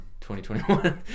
2021